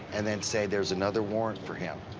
and then say there's another warrant for him.